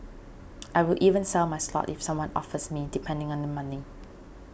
I will even sell my slot if someone offers me depending on the money